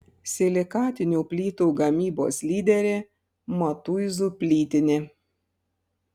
silikatinių plytų gamybos lyderė matuizų plytinė